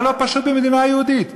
מה לא פשוט ב"מדינה היהודית"?